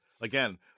again